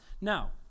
Now